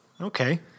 Okay